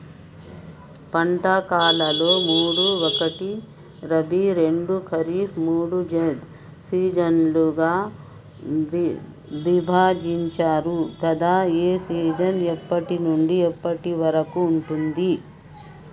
పంటల కాలాలు మూడు ఒకటి రబీ రెండు ఖరీఫ్ మూడు జైద్ సీజన్లుగా విభజించారు కదా ఏ సీజన్ ఎప్పటి నుండి ఎప్పటి వరకు ఉంటుంది?